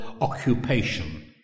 occupation